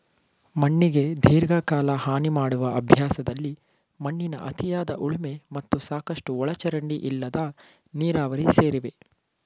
ಮಣ್ಣಿಗೆ ದೀರ್ಘಕಾಲ ಹಾನಿಮಾಡುವ ಅಭ್ಯಾಸದಲ್ಲಿ ಮಣ್ಣಿನ ಅತಿಯಾದ ಉಳುಮೆ ಮತ್ತು ಸಾಕಷ್ಟು ಒಳಚರಂಡಿ ಇಲ್ಲದ ನೀರಾವರಿ ಸೇರಿವೆ